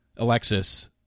Alexis